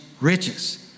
riches